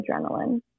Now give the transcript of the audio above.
adrenaline